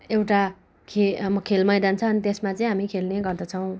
एउटा खे म खेल मैदान छ अनि त्यसमा चाहिँ हामी खेल्ने गर्दछौँ